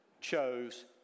chose